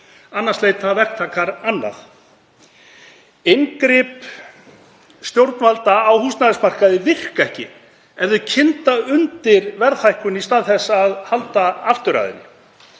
annars leita verktakar annað. Inngrip stjórnvalda á húsnæðismarkaði virka ekki ef þau kynda undir verðhækkun í stað þess að halda aftur af henni.